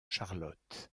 charlotte